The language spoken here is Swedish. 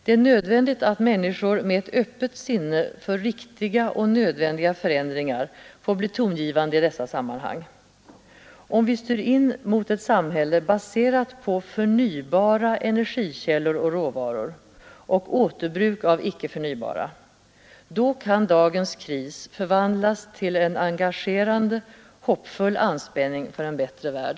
Det är nödvändigt att människor med ett öppet sinne för riktiga och nödvändiga förändringar får bli tongivande i detta sammanhang. Om vi styr in mot ett samhälle baserat på förnybara energikällor och råvaror och återbruk av icke förnybara kan dagens kris förvaudlas till en engagerande, hoppfull anspänning för en bättre värld.